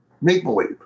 make-believe